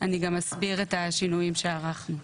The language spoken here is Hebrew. אני גם אסביר את השינויים שערכנו.